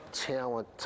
talent